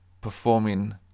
performing